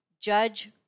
judge